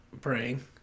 praying